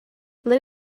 let